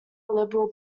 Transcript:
liberal